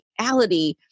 reality